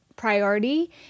priority